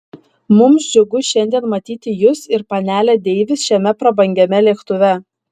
mums džiugu šiandien matyti jus ir panelę deivis šiame prabangiame lėktuve